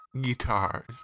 guitars